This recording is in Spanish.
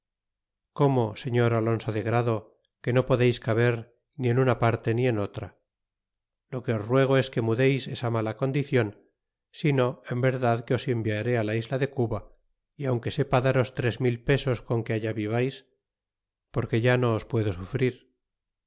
como señor alonso de grado que no podeis caber ni en una parte ni en otra lo que os ruego es que deis esa mala condicion bino en verdad que os enviaré la isla de cuba aunque sepa daros tres mil pesos coa que allá vivais porque ya no os puedo sufrir